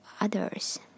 others